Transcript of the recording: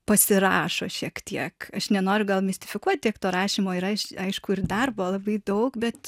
pasirašo šiek tiek aš nenoriu mistifikuoti to rašymo ir aišku ir darbo labai daug bet